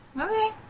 Okay